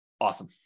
Awesome